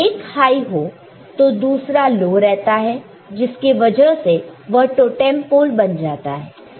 जब एक हाई हो दूसरा लो रहता है जिस वजह से वह टोटेंम पोल बन जाता है